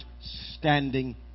standing